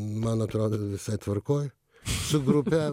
man atrodo visai tvarkoj su grupe